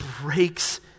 breaks